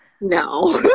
no